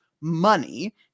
money